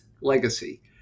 Legacy